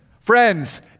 friends